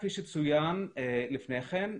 כפי שצוין לפני כן,